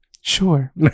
sure